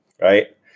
right